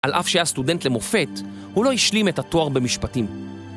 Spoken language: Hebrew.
על אף שהיה סטודנט למופת, הוא לא השלים את התואר במשפטים.